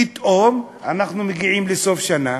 פתאום אנחנו מגיעים לסוף שנה,